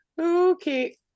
Okay